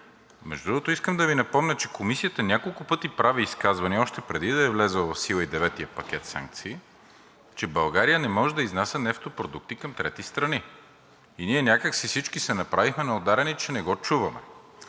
Между другото, искам да Ви напомня, че Комисията няколко пъти прави изказвания още преди да е влязъл в сила и деветият пакет санкции, че България не може да изнася нефтопродукти към трети страни. Ние някак си всички се направихме на ударени, че го чуваме.